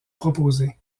proposer